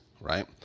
Right